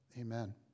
Amen